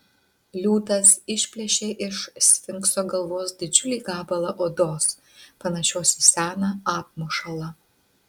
liūtas išplėšė iš sfinkso galvos didžiulį gabalą odos panašios į seną apmušalą